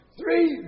three